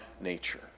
nature